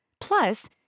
Plus